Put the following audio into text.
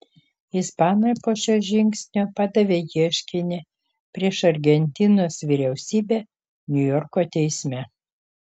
ispanai po šio žingsnio padavė ieškinį prieš argentinos vyriausybę niujorko teisme